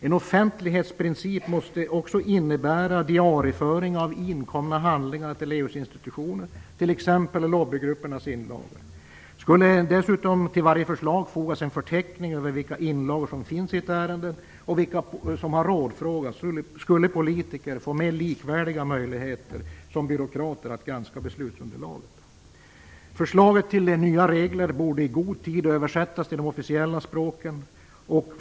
En offentlighetsprincip måste också innebära diarieföring av inkomna handlingar till EU:s institutioner. Detta gäller exempelvis lobbygruppernas inlagor. Skulle det dessutom till varje förslag fogas en förteckning över vilka inlagor som finns i ärendet och över vilka som rådfrågats, så skulle politiker få mer likvärdiga möjligheter jämfört med byråkrater att granska beslutsunderlagen. Förslag till nya regler borde i god tid översättas till de officiella språken.